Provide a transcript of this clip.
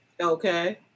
Okay